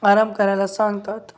आराम करायला सांगतात